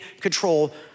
control